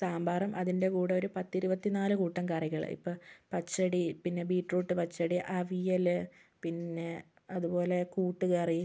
സാമ്പാറും അതിൻ്റെ കൂടെ ഒരു പത്തിരുപത്തിനാല് കൂട്ടം കറികൾ ഇപ്പോൾ പച്ചടി പിന്നെ ബീറ്റ്റൂട്ട് പച്ചടി അവിയൽ പിന്നെ അതുപോലെ കൂട്ടുകറി